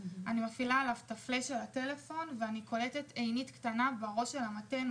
מפעילה עליו את הפלש של הטלפון ואני קולטת עינית קטנה בראש של המטען,